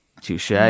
Touche